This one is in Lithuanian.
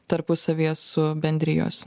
tarpusavyje su bendrijos